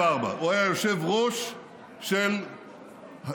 2004. 2004. הוא היה יושב-ראש של סבא"א,